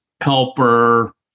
helper